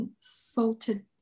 salted